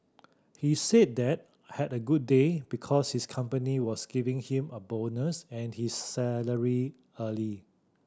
he said that had a good day because his company was giving him a bonus and his salary early